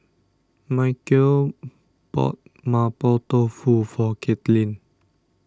Micheal bought Mapo Tofu for Katelynn